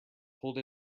pulled